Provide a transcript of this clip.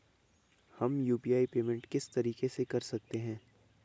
हम UPI payment किस तरीके से कर सकते हैं?